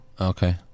Okay